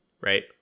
right